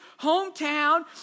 hometown